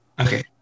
Okay